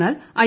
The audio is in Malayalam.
എന്നാൽ ഐ